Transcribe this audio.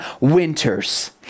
winters